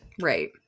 right